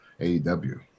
AEW